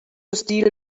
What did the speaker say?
steal